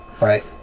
Right